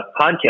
podcast